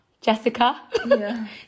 Jessica